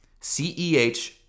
CEH